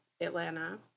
Atlanta